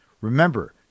Remember